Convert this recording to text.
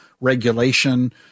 regulation